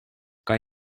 kan